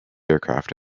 aircraft